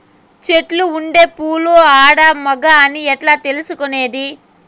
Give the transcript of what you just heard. చెట్టులో ఉండే పూలు ఆడ, మగ అని ఎట్లా తెలుసుకునేది?